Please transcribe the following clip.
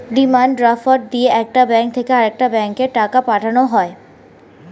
demand draft দিয়ে একটা bank থেকে আরেকটা ব্যাঙ্কে টাকা পাঠানো হয়